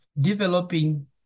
developing